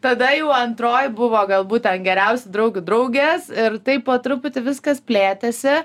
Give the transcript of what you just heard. tada jau antroji buvo galbūt ten geriausių draugių draugės ir taip po truputį viskas plėtėsi